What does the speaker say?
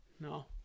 No